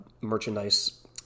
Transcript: merchandise